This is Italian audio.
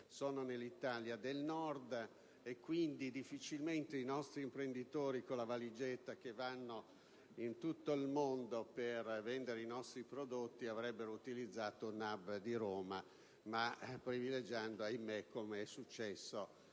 nell'Italia del Nord e che difficilmente i nostri imprenditori con la valigetta, che vanno in tutto il mondo per vendere i nostri prodotti, avrebbero utilizzato l'*hub* di Roma, ma avrebbero privilegiato - ahimè, com'è successo